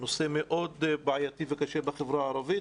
נושא מאוד בעייתי וקשה בחברה הערבית.